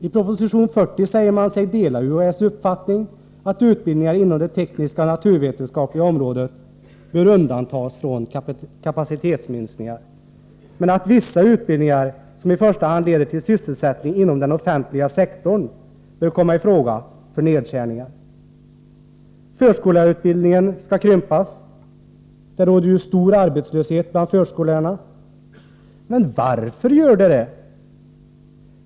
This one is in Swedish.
I proposition 40 säger man sig dela UHÄ:s uppfattning att utbildningar inom de tekniska och naturvetenskapliga områdena bör undantas från kapacitetsminskningar, men att vissa utbildningar — de som i första hand leder till sysselsättning inom den offentliga sektorn — bör komma i fråga för nedskärningar. Förskollärarutbildningen skall krympas. Det råder redan stor arbetslöshet bland förskollärarna. Men varför är det så?